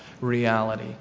reality